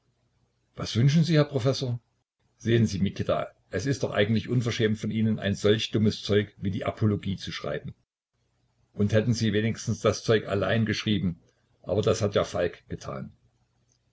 was wünschen sie herr professor sehen sie mikita es ist doch eigentlich unverschämt von ihnen ein solch dummes zeug wie die apologie zu schreiben und hätten sie wenigstens das zeug allein geschrieben aber das hat ja falk getan